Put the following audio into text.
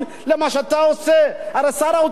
הרי שר האוצר שלח אותך להיות דוברו.